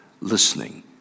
listening